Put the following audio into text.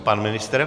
Pan ministr?